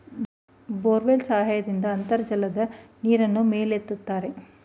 borewell ಸಹಾಯದಿಂದ ಅಂತರ್ಜಲದ ನೀರನ್ನು ಮೇಲೆತ್ತುತ್ತಾರೆ